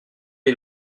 les